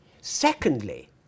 Secondly